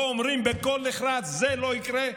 לא אומרים בקול נחרץ: זה לא יקרה?